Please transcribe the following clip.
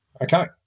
Okay